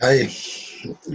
Hey